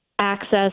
access